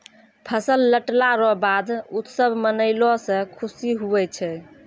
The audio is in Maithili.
फसल लटला रो बाद उत्सव मनैलो से खुशी हुवै छै